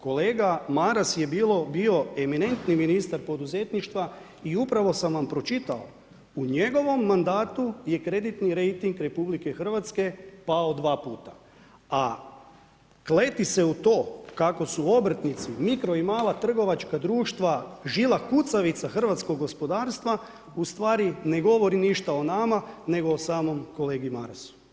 Kolega Maras je bio eminentni ministar poduzetništva i upravo sam vam pročitao, u njegovom mandatu je kreditni rejting RH pao dva puta, a kleti se u to kako su obrtnici, mirko i mala trgovačka društva žila kucavica hrvatskog gospodarstva ustvari ne govori ništa o nama nego o samom kolegi Marasu.